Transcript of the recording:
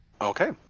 Okay